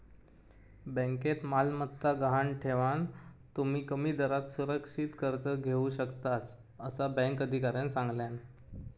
बँकेत मालमत्ता गहाण ठेवान, तुम्ही कमी दरात सुरक्षित कर्ज घेऊ शकतास, असा बँक अधिकाऱ्यानं सांगल्यान